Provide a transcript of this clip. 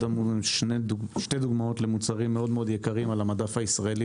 שתי דוגמאות למוצרים מאוד מאוד יקרים על המדף הישראלי